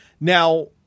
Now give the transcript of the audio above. Now